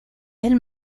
del